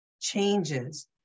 Changes